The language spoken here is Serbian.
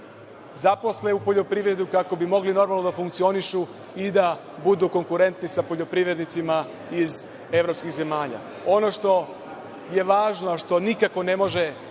zaposle u poljoprivredi, kako bi mogli normalno da funkcionišu i da budu konkurentni sa poljoprivrednicima iz evropskih zemalja. Ono što je važno, a što nikako ne može